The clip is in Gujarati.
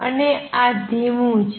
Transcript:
અને આ ધીમું છે